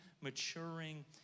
maturing